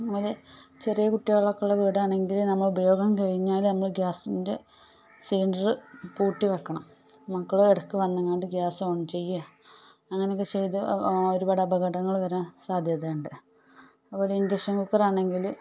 അതുപോലെ ചെറിയ കുട്ടികളൊക്കെ ഉള്ള വീടാണെങ്കിൽ നമ്മൾ ഉപയോഗം കഴിഞ്ഞാൽ നമ്മൾ ഗ്യാസിൻ്റെ സിലിണ്ടർ പൂട്ടി വെക്കണം മക്കൾ ഇടക്ക് വന്ന് എങ്ങാനും ഗ്യാസ് ഓൺ ചെയ്യുക അങ്ങനെയൊക്കെ ചെയ്ത് ഒരുപാട് അപകടങ്ങൾ വരാൻ സാധ്യതയുണ്ട് അതു പോലെ ഇൻഡക്ഷൻ കുക്കറാണെങ്കിൽ